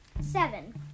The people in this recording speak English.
Seven